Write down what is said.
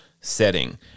setting